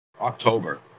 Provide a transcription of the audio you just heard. October